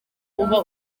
uba